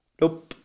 nope